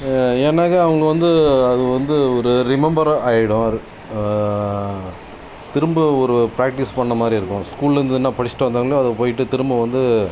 ஏன்னாக்கா அவங்க வந்து அது வந்து ஒரு ரிமம்பரா ஆகிடும் ஆ திரும்ப ஒரு பிராக்டிஸ் பண்ண மாதிரி இருக்கும் ஸ்கூலருந்து என்ன படிச்சுட்டு வந்தாங்களோ அதை போயிட்டு திரும்ப வந்து